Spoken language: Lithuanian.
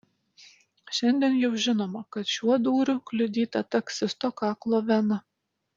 šiandien jau žinoma kad šiuo dūriu kliudyta taksisto kaklo vena